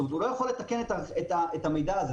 זאת אומרת, הוא לא יכול לתקן את המידע הזה.